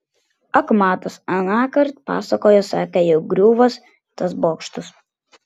ak matas anąkart pasakojo sakė jau griūvąs tas bokštas